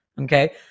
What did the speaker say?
okay